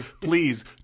please